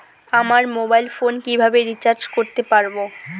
আমার mobile phone কিভাবে recharge করতে পারব?